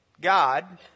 God